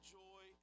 joy